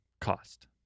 cost